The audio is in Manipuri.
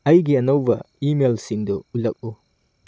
ꯑꯩꯒꯤ ꯑꯅꯧꯕ ꯏꯃꯦꯜꯁꯤꯡꯗꯨ ꯎꯠꯂꯛꯎ